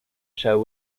show